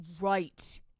right